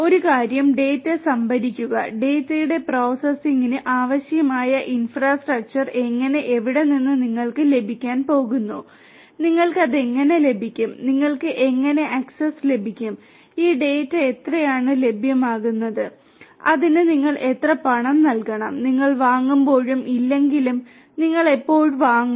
ഒരു കാര്യം ഡാറ്റ സംഭരിക്കുക ഡാറ്റയുടെ പ്രോസസ്സിംഗിന് ആവശ്യമായ ഇൻഫ്രാസ്ട്രക്ചർ എങ്ങനെ എവിടെ നിന്ന് നിങ്ങൾക്ക് ലഭിക്കാൻ പോകുന്നു നിങ്ങൾക്ക് അത് എങ്ങനെ ലഭിക്കും നിങ്ങൾക്ക് എങ്ങനെ ആക്സസ് ലഭിക്കും ഈ ഡാറ്റ എത്രയാണ് ലഭ്യമാക്കും അതിന് നിങ്ങൾ എത്ര പണം നൽകണം നിങ്ങൾ വാങ്ങുമ്പോഴും ഇല്ലെങ്കിലും നിങ്ങൾ എപ്പോൾ വാങ്ങും